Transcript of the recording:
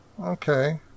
Okay